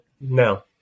No